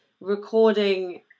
recording